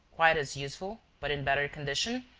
quite as useful, but in better condition?